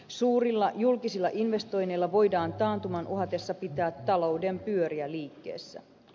suurilla julkisilla investoinneilla voidaan taantuman uhatessa pitää talouden pyöriä liikkeessä